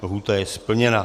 Lhůta je splněna.